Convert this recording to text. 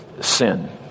sin